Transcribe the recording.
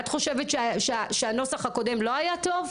את חושבת שהנוסח הקודם לא היה טוב?